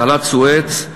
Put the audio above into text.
תעלת סואץ,